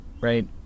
right